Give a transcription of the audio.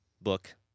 Book